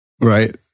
Right